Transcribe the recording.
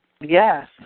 Yes